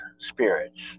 spirits